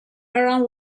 around